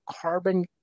carbon